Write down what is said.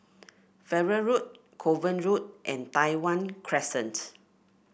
Farrer Road Kovan Road and Tai Hwan Crescent